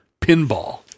pinball